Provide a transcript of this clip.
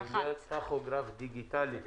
לעניין טכוגרף דיגיטלי.